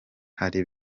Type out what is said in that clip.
hari